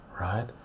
right